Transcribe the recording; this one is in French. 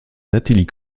natalie